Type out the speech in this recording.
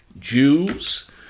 Jews